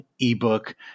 ebook